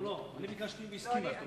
לא לא, אני ביקשתי והיא הסכימה.